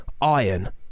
iron